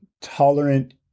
tolerant